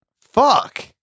Fuck